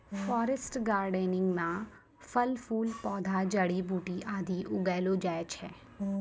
forest gardening म फल फूल पौधा जड़ी बूटी आदि उगैलो जाय छै